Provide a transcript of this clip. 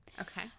okay